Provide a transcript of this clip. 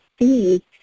see